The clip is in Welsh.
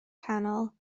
canol